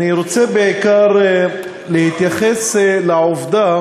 אני רוצה בעיקר להתייחס לעובדה